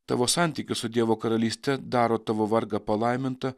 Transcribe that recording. tavo santykis su dievo karalyste daro tavo vargą palaimintą